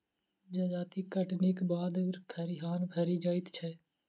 जजाति कटनीक बाद खरिहान भरि जाइत छै